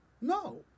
No